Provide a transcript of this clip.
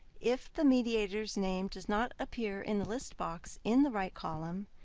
if the mediator's name does not appear in the list box in the right column,